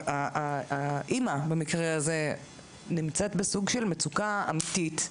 האימא במקרה הזה נמצאת בסוג של מצוקה אמיתית.